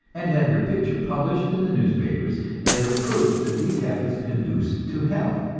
and have your picture published in the newspapers as a proof that these habits conduce to health